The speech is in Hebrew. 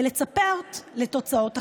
ולצפות לתוצאות אחרות.